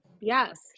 yes